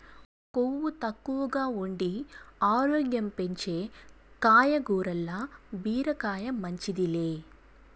కొవ్వు తక్కువగా ఉండి ఆరోగ్యం పెంచే కాయగూరల్ల బీరకాయ మించింది లే